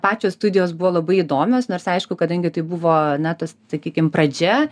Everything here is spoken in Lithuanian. pačios studijos buvo labai įdomios nors aišku kadangi tai buvo na tas sakykim pradžia